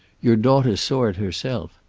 your daughter saw it herself.